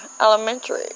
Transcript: elementary